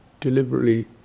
deliberately